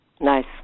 nice